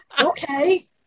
Okay